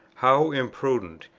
how imprudent!